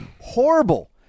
horrible